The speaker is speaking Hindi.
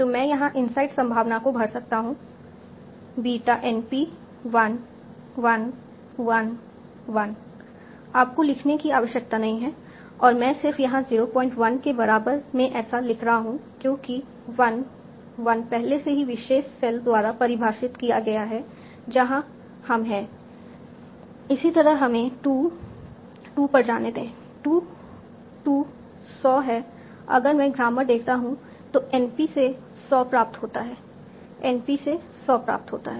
तो मैं यहां इनसाइड संभावना को भर सकता हूं बीटा NP 1 1 1 1 आपको लिखने की आवश्यकता नहीं है और मैं सिर्फ यहाँ 01 के बराबर है ऐसा लिख रहा हूँ क्योंकि 1 1 पहले से ही विशेष सेल द्वारा परिभाषित किया गया है जहाँ हम हैं इसी तरह हमें 2 2 पर जाने दें 2 2 सॉ है अगर मैं ग्रामर देखता हूं तो NP से सॉ प्राप्त होता है NP से सॉ प्राप्त होता है